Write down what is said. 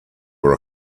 were